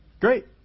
Great